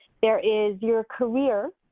there is your career.